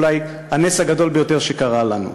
אולי הנס הגדול ביותר שקרה לנו.